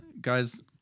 guys